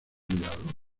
cuidado